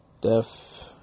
Death